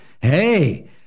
Hey